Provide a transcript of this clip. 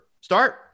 Start